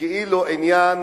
שכאילו עניין